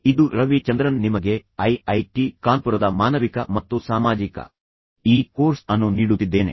ಇದು ರವಿ ಚಂದ್ರನ್ ನಿಮಗೆ ಐಐಟಿ ಕಾನ್ಪುರದ ಮಾನವಿಕ ಮತ್ತು ಸಾಮಾಜಿಕ ವಿಜ್ಞಾನ ವಿಭಾಗದಿಂದ ಈ ಕೋರ್ಸ್ ಅನ್ನು ನೀಡುತ್ತಿದ್ದೇನೆ